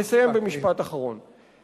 לסיים במשפט אחרון.